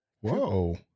Whoa